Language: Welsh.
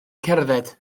cerdded